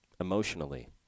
emotionally